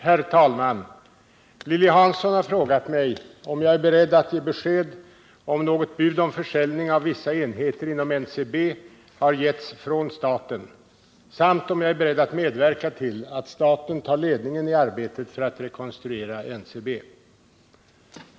Herr talman! Lilly Hansson har frågat mig om jag är beredd att ge besked om något bud om försäljning av vissa enheter inom NCB har getts från staten samt om jag är beredd att medverka till att staten tar ledningen i arbetet för att rekonstruera NCB.